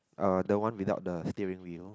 uh the one without the steering wheel